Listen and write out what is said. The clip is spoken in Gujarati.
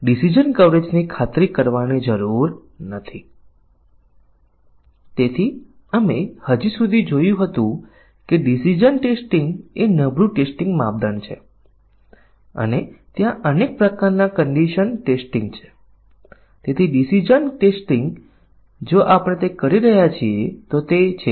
આપણને ખબર નથી કે તે ઇનપુટ મૂલ્યો શું છે કારણ કે ઇનપુટ મૂલ્યો ખૂબ મોટા છે અને જ્યાં સુધી જરૂરીયાતોમાં તેના વિશે કોઈ દૃશ્ય લખ્યું નથી ત્યાં સુધી આપણે ખરેખર તે ઇનપુટ મૂલ્યોનું પરીક્ષણ કરી શકતા નથી અને તે જ રીતે ટ્રોજન ને અમલમાં મૂકી શકાય છે